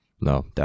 No